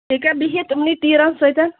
ییٚکیٛاہ بِہِتھ یِمنٕے تیٖرَن سۭتۍ